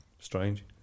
strange